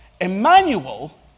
Emmanuel